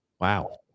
Wow